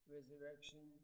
Resurrection